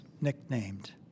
nicknamed